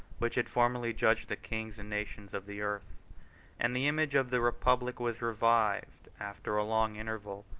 which had formerly judged the kings and nations of the earth and the image of the republic was revived, after a long interval,